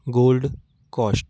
Gold Coast